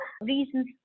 reasons